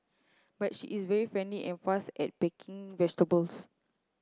but she is very friendly and fast at packing vegetables